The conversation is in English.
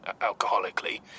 alcoholically